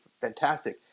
fantastic